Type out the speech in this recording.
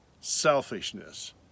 selfishness